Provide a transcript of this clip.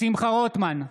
שמחה רוטמן,